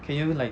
can you like